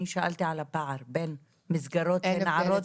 אני שאלתי על הפער בין מסגרות לנערות